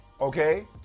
Okay